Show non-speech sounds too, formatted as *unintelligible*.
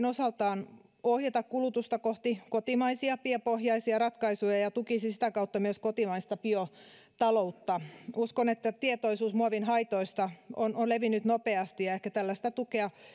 *unintelligible* osaltaan myöskin ohjata kulutusta kohti kotimaisia biopohjaisia ratkaisuja ja ja tukisi sitä kautta myös kotimaista biotaloutta uskon että tietoisuus muovin haitoista on on levinnyt nopeasti ja ehkä tällaista tukea